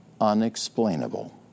unexplainable